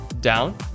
down